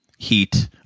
heat